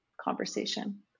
conversation